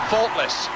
Faultless